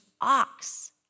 ox